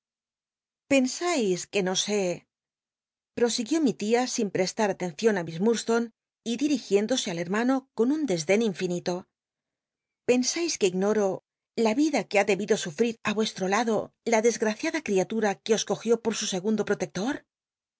pcnsais que no sé pl'osiguió mi tia sin prestar atencion á miss murdstone y dirigiéndose al hermano con un desden inllnito pensais que ignoro la vida que ha debido sufrir á ueslro lado la desgraciada criatura que o cogió por su segundo protector